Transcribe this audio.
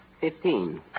Fifteen